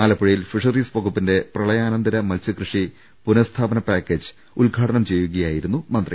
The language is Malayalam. ആലപ്പുഴയിൽ ഫിഷ റീസ് വകുപ്പിന്റെ പ്രളയാനന്തര മത്സ്യകൃഷി പുനഃസ്ഥാപന പാക്കേജ് ഉദ്ഘാടനം ചെയ്യുകയായിരുന്നു മന്ത്രി